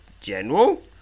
General